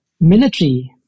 military